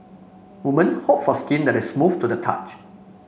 woman hope for skin that is smooth to the touch